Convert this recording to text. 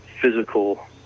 physical